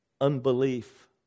unbelief